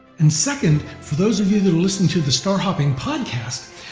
and second, for those of you that are listening to the star hopping podcast,